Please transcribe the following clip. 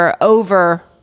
over